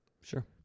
Sure